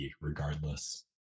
regardless